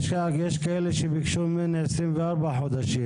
יש כאלה שביקשו ממנו 24 חודשים,